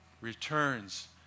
returns